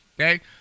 Okay